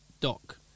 dock